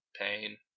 pain